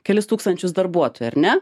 kelis tūkstančius darbuotojų ar ne